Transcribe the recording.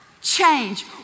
change